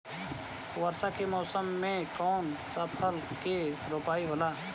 वर्षा के मौसम में कौन सा फसल के रोपाई होला?